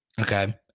Okay